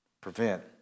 prevent